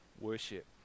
worship